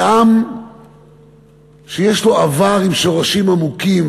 זה עם שיש לו עבר עם שורשים ארוכים.